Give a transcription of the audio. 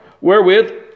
wherewith